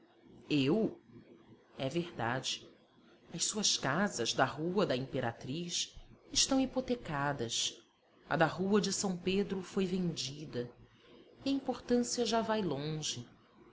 eu é verdade as suas casas da rua da imperatriz estão hipotecadas a da rua de s pedro foi vendida e a importância já vai longe